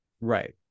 Right